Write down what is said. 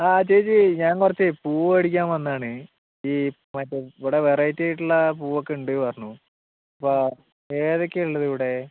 ആ ചേച്ചി ഞാൻ കുറച്ച് പൂ മേടിക്കാൻ വന്നതാണ് ഈ മറ്റേ ഇവിടെ വെറൈറ്റി ആയിട്ടുള്ള പൂവൊക്കെ ഉണ്ട് പറഞ്ഞു അപ്പോൾ ഏതൊക്കെയാണ് ഉള്ളതിവിടെ